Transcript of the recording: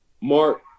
Mark